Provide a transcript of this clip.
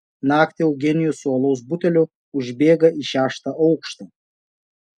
naktį eugenijus su alaus buteliu užbėga į šeštą aukštą